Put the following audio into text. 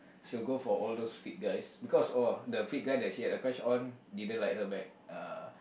she will go for all those fit guys because oh the fit guy that she had a crush on didn't like her back ah